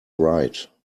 right